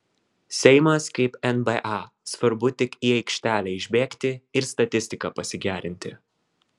seimas kaip nba svarbu tik į aikštelę išbėgti ir statistiką pasigerinti